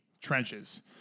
trenches